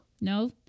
No